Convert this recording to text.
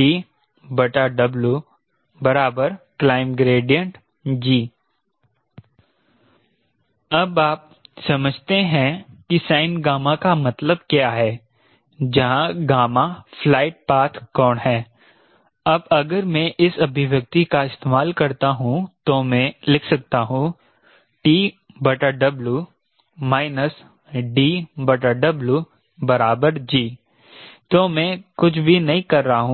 T DW Climb Gradient अब आप समझते हैं कि sin का मतलब क्या है जहां फ्लाइट पाथ कोण है अब अगर मैं इस अभिव्यक्ति का इस्तेमाल करता हूं तो मैं लिख सकता हूं TW DW G तो मैं कुछ भी नहीं कर रहा हूं